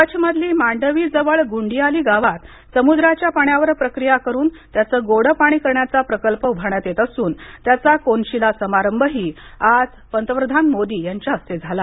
कच्छ मधील मांडवी जवळ गुंडीयाली गावात समुद्राच्या पाण्यावर प्रक्रिया करून त्याचं गोड पाणी करण्याचा प्रकल्प उभारण्यात येत असून त्याचा कोनशीला समारंभही आज पंतप्रधान मोदी यांच्या हस्ते झाला